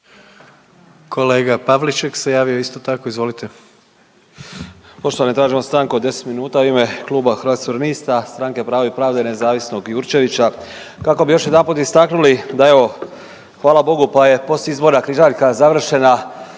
**Pavliček, Marijan (Hrvatski suverenisti)** Poštovani tražimo stanku od 10 minuta u ime kluba Hrvatskih suverenista, Stranke pravo i pravda i nezavisnog Jurčevića kako bi još jedanput istaknuli, da evo hvala Bogu pa je post izborna križaljka završena